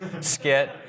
skit